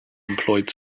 employed